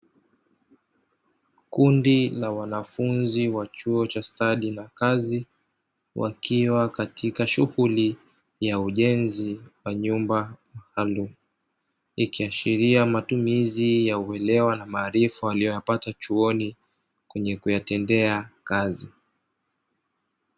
Kundi la wanafunzi wa chuo cha stadi za kazi, wakiwa katika shughuli ya ujenzi wa nyumba maalumu. Ikiashiria matumizi ya uelewa na maarifa waliyoyapata chuoni kwenye kuyatendea kazi.